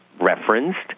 referenced